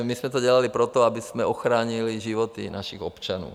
My jsme to dělali proto, abychom ochránili životy našich občanů.